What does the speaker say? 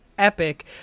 Epic